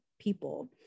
people